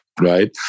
right